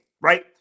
Right